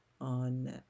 on